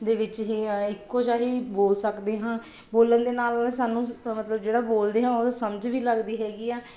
ਦੇ ਵਿੱਚ ਇਹ ਇੱਕੋ ਜਿਹਾ ਹੀ ਬੋਲ ਸਕਦੇ ਹਾਂ ਬੋਲਣ ਦੇ ਨਾਲ ਸਾਨੂੰ ਮਤਲਬ ਜਿਹੜਾ ਬੋਲਦੇ ਆ ਉਹ ਸਮਝ ਵੀ ਲੱਗਦੀ ਹੈਗੀ ਆ